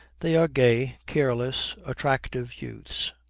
they are gay, careless, attractive youths.